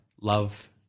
love